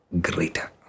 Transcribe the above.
greater